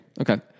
Okay